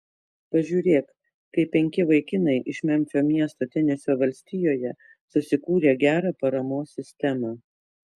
pažiūrėk kaip penki vaikinai iš memfio miesto tenesio valstijoje susikūrė gerą paramos sistemą